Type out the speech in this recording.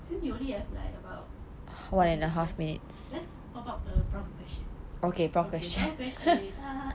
since we only have like about two minutes left let's pop up a prompt question okay prompt question